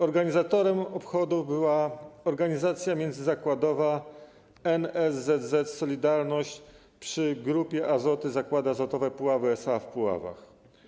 Organizatorem obchodów była Organizacja Międzyzakładowa NSZZ „Solidarność” przy Grupie Azoty Zakłady Azotowe Puławy SA w Puławach.